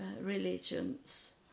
religions